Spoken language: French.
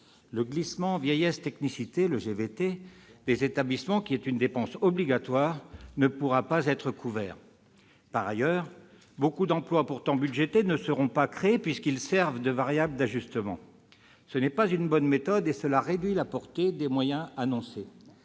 Le glissement vieillesse-technicité, le GVT, des établissements- une dépense obligatoire -ne pourra pas être couvert. Par ailleurs, de nombreux emplois pourtant budgétés ne seront pas créés puisqu'ils servent de variable d'ajustement. Ce n'est pas une bonne méthode, et cela réduit la portée des moyens annoncés.